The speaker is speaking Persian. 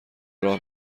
راه